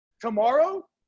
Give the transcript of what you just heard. tomorrow